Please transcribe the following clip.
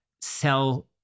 sell